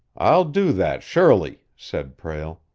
i'll do that, surely, said prale.